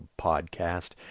podcast